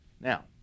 Now